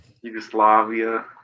Yugoslavia